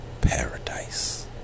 paradise